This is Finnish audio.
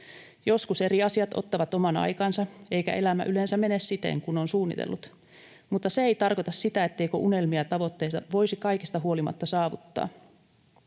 Joskus eri asiat ottavat oman aikansa, eikä elämä yleensä mene siten kuin on suunnitellut, mutta se ei tarkoita sitä, etteikö unelmia ja tavoitteita voisi kaikesta huolimatta saavuttaa.